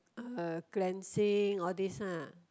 uh cleansing all this ah